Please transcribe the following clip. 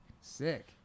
sick